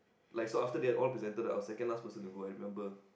like after so after they had all presented I was second last person to go I remember